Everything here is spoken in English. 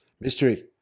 Mystery